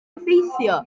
effeithiau